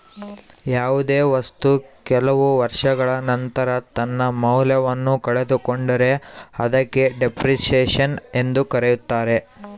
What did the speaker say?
ಯಾವುದೇ ವಸ್ತು ಕೆಲವು ವರ್ಷಗಳ ನಂತರ ತನ್ನ ಮೌಲ್ಯವನ್ನು ಕಳೆದುಕೊಂಡರೆ ಅದಕ್ಕೆ ಡೆಪ್ರಿಸಸೇಷನ್ ಎಂದು ಕರೆಯುತ್ತಾರೆ